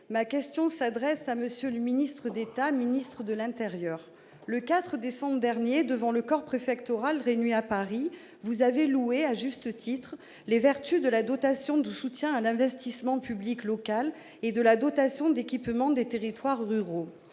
Ma question s'adresse à M. le ministre d'État, ministre de l'intérieur. Monsieur le ministre d'État, le 4 décembre dernier, devant le corps préfectoral réuni à Paris, vous avez loué, à juste titre, les vertus de la dotation de soutien à l'investissement public local et de la dotation d'équipement des territoires ruraux.